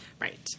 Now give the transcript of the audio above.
right